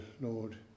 Lord